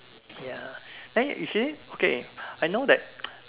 ya eh is it okay I know that